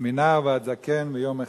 מנער ועד זקן ביום אחד.